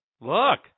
Look